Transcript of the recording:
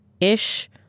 ish